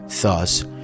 Thus